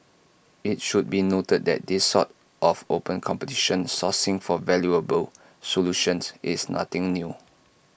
IT should be noted that this sort of open competition sourcing for valuable solutions is nothing new